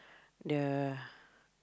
the